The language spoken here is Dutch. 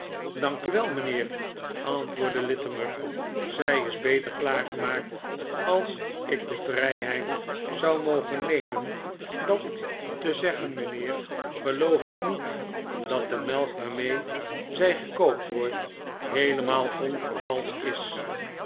u wel mijnheer antwoordde littimer zij is beter klaargemaakt als ik de vrijheid zou mogen nemen dat te zeggen mijnheer geloof ik niet dat de melk waarmee zij gekookt wordt heelemaal onvervalscht is